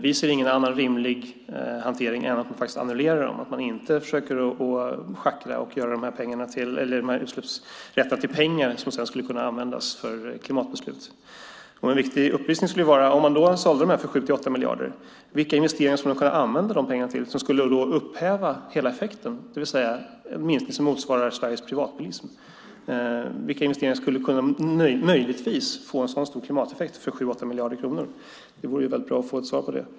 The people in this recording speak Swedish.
Vi ser ingen annan rimlig hantering än att annullera dem, att man inte försöker schackra och göra utsläppsrätterna till pengar som sedan skulle kunna användas för klimatbeslut. En viktig upplysning skulle vara, om man sålde utsläppsrätterna för 7-8 miljarder, vilka investeringar man skulle kunna använda pengarna till som skulle upphäva hela effekten, det vill säga en minskning som motsvarar Sveriges privatbilism. Vilka investeringar skulle möjligtvis kunna få en så stor klimateffekt för 7-8 miljarder kronor? Det vore bra att få ett svar på det.